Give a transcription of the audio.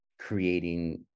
creating